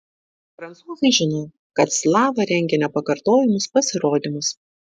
prancūzai žino kad slava rengia nepakartojamus pasirodymus